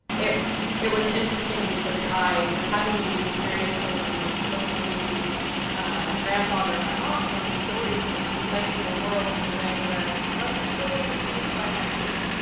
it it was interesting because i was having these experiences and listening to my grandfather and my mom tell these stories, and explain the world in the way that wasn't really understood by my peers.